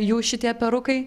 jų šitie perukai